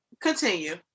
Continue